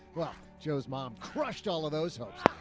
well, joe's mom crushed all of those hopes.